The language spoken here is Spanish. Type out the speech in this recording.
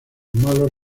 malos